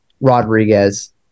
Rodriguez